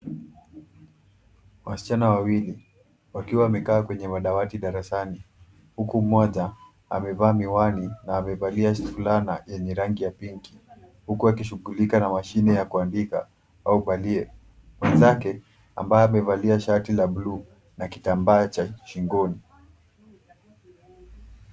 Wasichana wawili wakiwa wamekaa kwenye madawati darasani, huku mmoja amevaa miwani na amevalia fulana yenye rangi ya pinki , huku akishughulika na mashine ya kuandika au braille . Mwenzake ambaye amevalia shati la bluu na kitambaa cha shingoni.